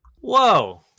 Whoa